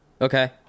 Okay